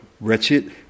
wretched